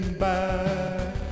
back